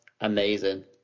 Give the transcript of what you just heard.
amazing